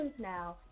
now